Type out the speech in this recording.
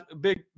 big